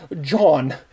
John